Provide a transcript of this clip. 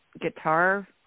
guitar